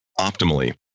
optimally